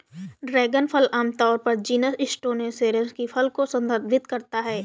dragon फल आमतौर पर जीनस स्टेनोसेरेस के फल को संदर्भित करता है